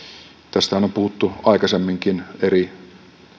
tästähän on puhuttu aikaisemminkin eri